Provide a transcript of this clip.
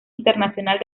internacional